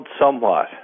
somewhat